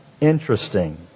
Interesting